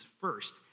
first